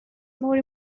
more